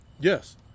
Yes